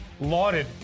lauded